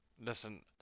Listen